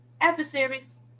adversaries